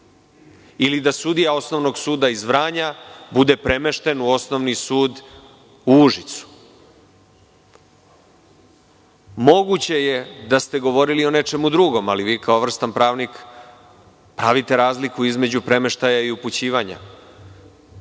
Ili da sudija Osnovnog suda iz Vranja bude premešten u Osnovni sud u Užicu. Moguće je da ste govorili o nečemu drugom, ali vi kao vrstan pravnik pravite razliku između premeštaja i upućivanja.